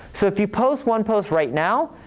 so if you post one post right now,